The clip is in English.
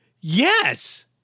Yes